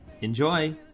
Enjoy